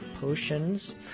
Potions